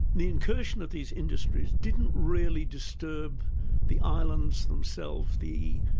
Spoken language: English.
the incursion of these industries didn't really disturb the islands themselves, the